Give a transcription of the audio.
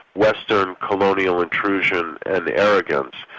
western colonial intrusion and arrogance.